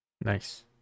Nice